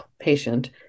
patient